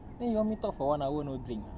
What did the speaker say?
then you want me talk for one hour no drink ah